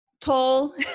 tall